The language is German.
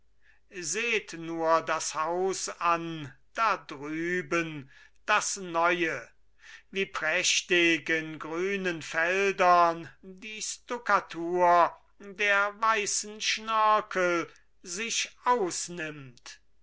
seht nur das haus an da drüben das neue wie prächtig in grünen feldern die stukkatur der weißen schnörkel sich ausnimmt